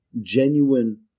genuine